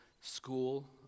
school